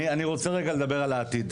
הוועדה) אני רוצה רגע לדבר על העתיד.